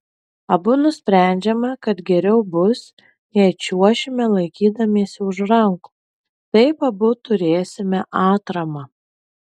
abu nusprendžiame kad geriau bus jei čiuošime laikydamiesi už rankų taip abu turėsime atramą